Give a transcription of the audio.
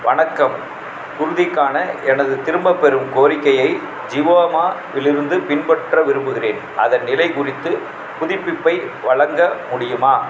வணக்கம் குர்திக்கான எனது திரும்பப்பெறும் கோரிக்கையை ஜிவோமாவிலிருந்து பின்பற்ற விரும்புகிறேன் அதன் நிலை குறித்து புதுப்பிப்பை வழங்க முடியுமா